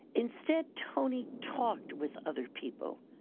instead tony talked with other people.